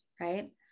right